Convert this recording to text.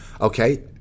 Okay